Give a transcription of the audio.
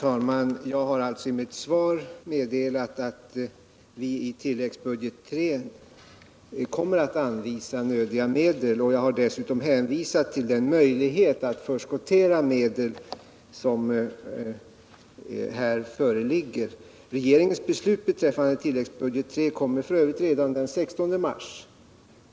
Herr talman! Jag har i mitt svar meddelat att vi i tilläggsbudget III kommer att anvisa nödiga medel, och jag har dessutom hänvisat till den möjlighet att förskottera medel som här föreligger. Regeringens beslut beträffande tilläggsbudget III kommer f. ö. redan den 16 mars.